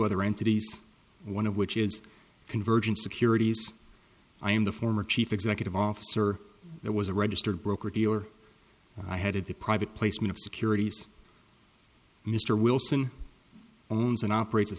other entities one of which is convergence securities i am the former chief executive officer there was a registered broker dealer i had the private placement of securities mr wilson owns and operate